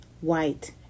white